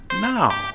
now